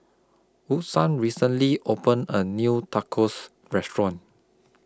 Woodson recently opened A New Tacos Restaurant